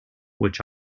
which